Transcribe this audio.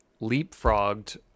leapfrogged